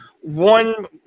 one